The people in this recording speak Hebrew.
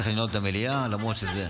אני צריך לנעול את המליאה, למרות שזה,